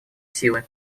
силы